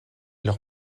leurs